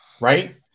right